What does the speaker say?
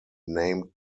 named